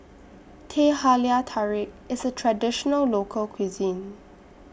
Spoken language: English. Teh Halia Tarik IS A Traditional Local Cuisine